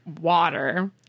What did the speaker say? water